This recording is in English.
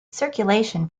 circulation